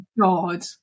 God